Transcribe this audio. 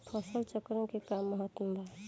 फसल चक्रण क का महत्त्व बा?